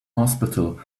hospital